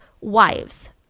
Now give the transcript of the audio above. wives